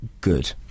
good